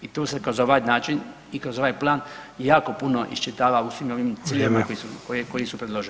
I tu se kroz ovaj način i kroz ovaj plan jako puno iščitava u svim ovim ciljevima koji su predloženi.